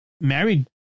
married